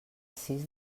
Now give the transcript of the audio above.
sis